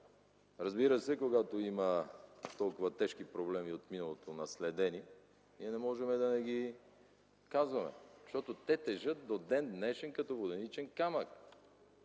Разбира се, когато има толкова тежки проблеми, наследени от миналото, не можем да не ги казваме, защото те тежат до ден-днешен като воденичен камък.